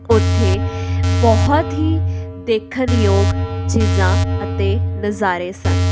ਉੱਥੇ ਬਹੁਤ ਹੀ ਦੇਖਣਯੋਗ ਚੀਜ਼ਾਂ ਅਤੇ ਨਜ਼ਾਰੇ ਸਨ